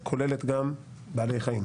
כוללת גם בעלי חיים.